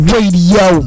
Radio